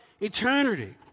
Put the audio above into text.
eternity